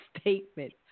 statement